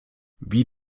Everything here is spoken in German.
wie